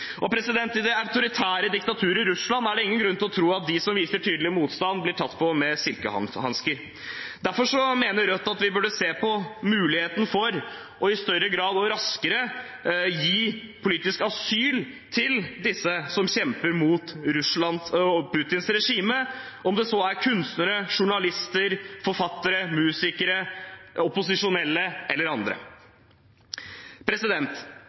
I det autoritære diktaturet Russland er det ingen grunn til å tro at de som viser tydelig motstand, blir tatt på med silkehansker. Derfor mener Rødt at vi burde se på muligheten for i større grad og raskere å gi politisk asyl til dem som kjemper mot Russland og Putins regime, om det så er kunstnere, journalister, forfattere, musikere, opposisjonelle eller andre.